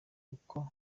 uko